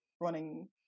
running